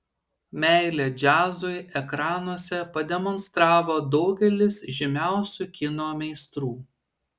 meilę džiazui ekranuose pademonstravo daugelis žymiausių kino meistrų